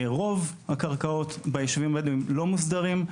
רוב הקרקעות ביישובים הבדואיים לא מוסדרים.